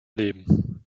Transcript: leben